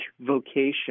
vocation